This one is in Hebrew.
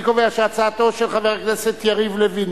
אני קובע שהצעתו של חבר הכנסת יריב לוין,